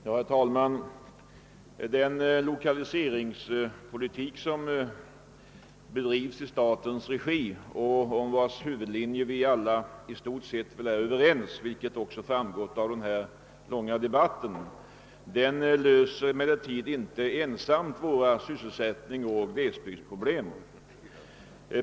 Herr talman! Den lokaliseringspoli tik som bedrivs i statens regi och om vars huvudlinjer vi alla i stort sett är överens löser inte ensam våra sysselsättningsoch glesbygdsproblem.